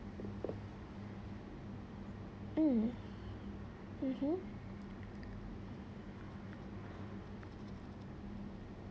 mm mmhmm